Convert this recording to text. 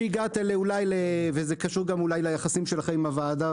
וזה אולי קשור גם ליחסים שלכם עם הוועדה.